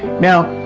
now,